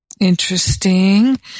Interesting